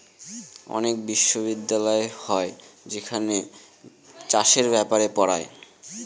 অনেক বিশ্ববিদ্যালয় হয় যেখানে চাষের ব্যাপারে পড়ায়